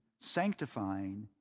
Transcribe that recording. sanctifying